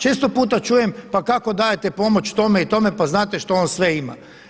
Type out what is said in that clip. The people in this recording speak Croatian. Često puta čujem pa kako dajete pomoć tome i tome, pa znate što on sve ima.